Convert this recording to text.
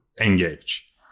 engage